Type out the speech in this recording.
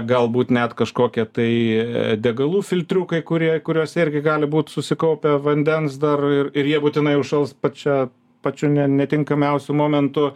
galbūt net kažkokia tai degalų filtriukai kurie kuriose irgi gali būt susikaupę vandens dar ir jie būtinai užšals pačią pačiu ne netinkamiausiu momentu